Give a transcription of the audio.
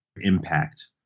impact